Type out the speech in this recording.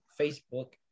Facebook